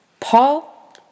Paul